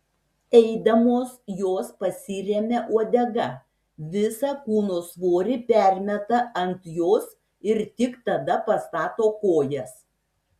eidamos jos pasiremia uodega visą kūno svorį permeta ant jos ir tik tada pastato kojas